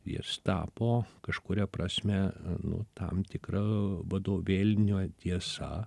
jis tapo kažkuria prasme nu tam tikra vadovėline tiesa